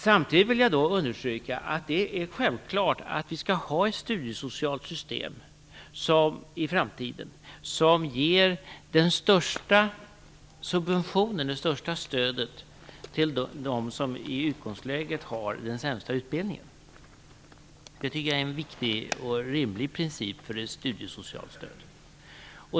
Samtidigt vill jag understryka att det är självklart att vi skall ha ett studiesocialt system i framtiden som ger det största stödet till dem som i utgångsläget har den sämsta utbildningen. Det tycker jag är en viktig och rimlig princip för studiesocialt stöd.